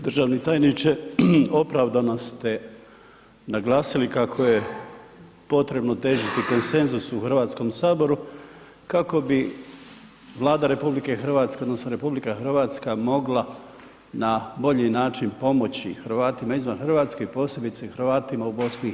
Državni tajniče, opravdano ste naglasili kako je potrebno težiti konsenzusu u Hrvatskom saboru kako bi Vlada RH odnosno RH mogla na bolji način pomoći Hrvatima izvan Hrvatske, posebice Hrvatima u BiH.